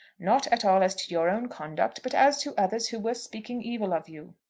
not at all as to your own conduct, but as to others who were speaking evil of you.